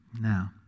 Now